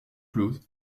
closes